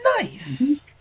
nice